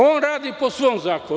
On radi po svom zakonu.